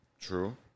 True